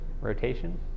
rotation